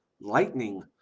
lightning